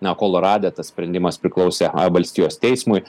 na kolorade tas sprendimas priklausė valstijos teismui